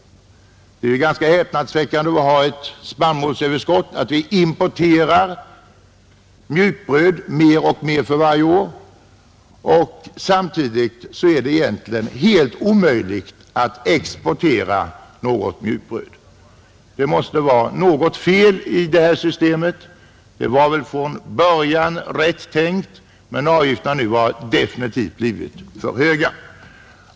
Eftersom vi har spannmålsöverskott är det ganska häpnadsväckande, att vi importerar mer och mer mjukbröd för varje år samtidigt som det är helt omöjligt att exportera något mjukbröd. Det måste vara något fel i det systemet — det var väl från början rätt tänkt, men avgifterna har nu definitivt blivit för höga.